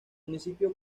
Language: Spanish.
municipio